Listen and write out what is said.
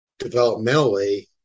developmentally